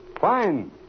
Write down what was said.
Fine